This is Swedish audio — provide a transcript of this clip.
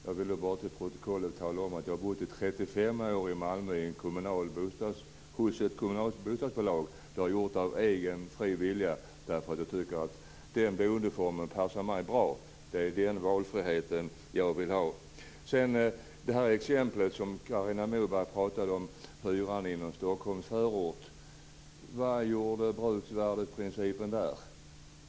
Jag vill bara för protokollet tala om att jag har bott hos ett kommunalt bostadsbolag i Malmö i 35 år. Det har jag gjort av egen fri vilja därför att jag tycker att den boendeformen passar mig bra. Det är den valfriheten jag vill ha. Carina Moberg tog som exempel hyran i någon Stockholmsförort. Vad gjorde bruksvärdesprincipen där?